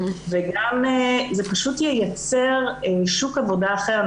וגם, זה פשוט ייצר שוק עבודה אחר.